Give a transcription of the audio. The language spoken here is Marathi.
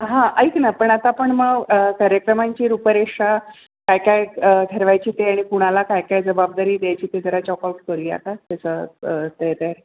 हां ऐक ना पण आता आपण मग कार्यक्रमांची रूपरेषा काय काय ठरवायची ते आणि कुणाला काय काय जबाबदारी द्यायची ते जरा चॉक आऊट करूया का त्याचं ते दे